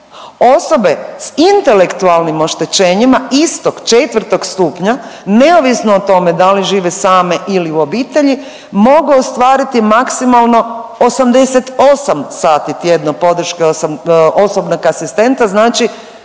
osobe sa intelektualnim oštećenjima istog četvrtog stupnja neovisno o tome da li žive same ili u obitelji mogu ostvariti maksimalno 88 sati tjedno podrške osobnog asistenta znači